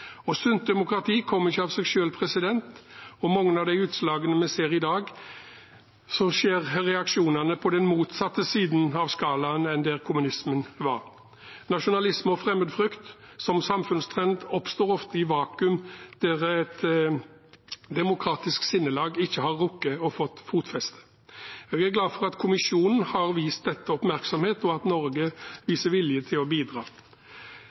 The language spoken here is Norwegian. Sunt demokrati kommer ikke av seg selv, og i mange av de utslagene vi ser i dag, skjer reaksjonene på den motsatte siden av skalaen enn der kommunismen var. Nasjonalisme og fremmedfrykt som samfunnstrend oppstår ofte i vakuum der et demokratisk sinnelag ikke har rukket å få fotfeste. Jeg er glad for at Kommisjonen har vist dette oppmerksomhet, og at Norge viser vilje til å bidra.